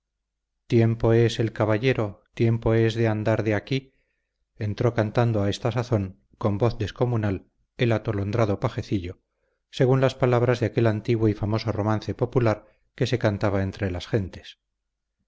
lado cómo qué fantasía quién pudiera entró cantando a esta sazón con voz descomunal el atolondrado pajecillo según las palabras de aquel antiguo y famoso romance popular que se cantaba entre las gentes